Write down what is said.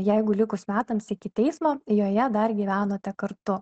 jeigu likus metams iki teismo joje dar gyvenote kartu